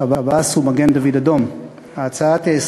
שב"ס ומגן-דוד-אדום.